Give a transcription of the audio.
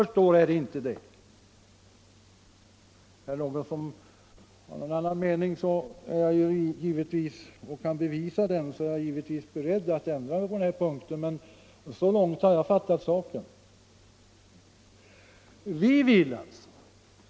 Men är det någon som har en annan mening och kan bevisa den, är jag givetvis beredd att ändra inställning i den frågan.